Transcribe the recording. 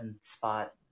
spot